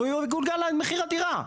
הרי, הוא יגולגל למחיר הדירה.